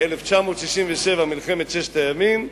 1967, מלחמת ששת הימים,